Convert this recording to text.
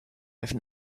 have